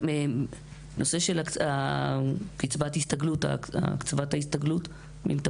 מי מטפל בנושא קצבת ההסתגלות?